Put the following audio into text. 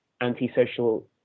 antisocial